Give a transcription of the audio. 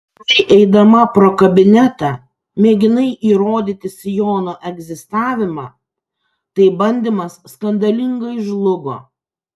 jei eidama pro kabinetą mėginai įrodyti sijono egzistavimą tai bandymas skandalingai žlugo